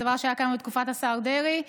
זה דבר שהיה קיים בתקופת השר דרעי.